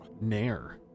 Nair